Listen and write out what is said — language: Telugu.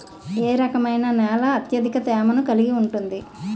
ఏ రకమైన నేల అత్యధిక తేమను కలిగి ఉంటుంది?